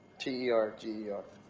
t e r g e